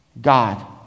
God